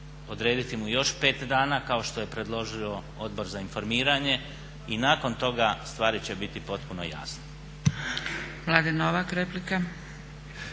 odrediti mu još 5 dana kao što je predložio Odbor za informiranje i nakon toga stvari će biti potpuno jasne.